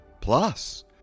plus